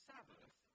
Sabbath